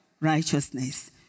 righteousness